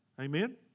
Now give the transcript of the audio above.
Amen